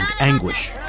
anguish